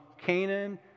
Canaan